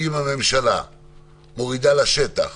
אם הממשלה מורידה לשטח